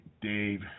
Dave